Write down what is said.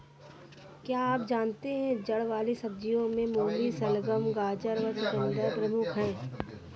क्या आप जानते है जड़ वाली सब्जियों में मूली, शलगम, गाजर व चकुंदर प्रमुख है?